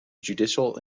judicial